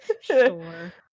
Sure